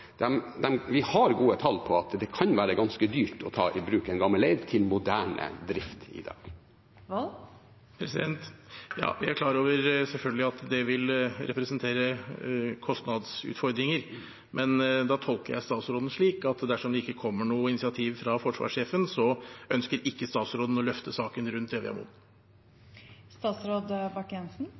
en gammel leir til moderne drift. Morten Wold – til oppfølgingsspørsmål. Jeg er selvfølgelig klar over at det vil representere kostnadsutfordringer, men da tolker jeg statsråden slik at dersom det ikke kommer noe initiativ fra forsvarssjefen, ønsker ikke statsråden å løfte saken rundt